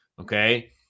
okay